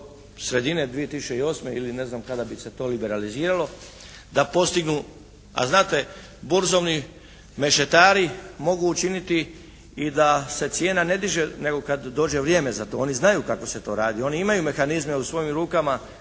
sredine 2008. ili ne znam kada bi se to liberaliziralo da postignu, a znate burzovni mešetari mogu učiniti i da se cijena ne diže, nego kad dođe vrijeme za to, oni znaju kako se to radi, oni imaju mehanizme u svojim rukama